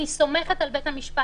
אני סומכת על בית המשפט.